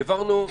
העברנו,